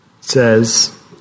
says